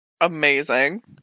Amazing